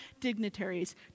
dignitaries